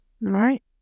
Right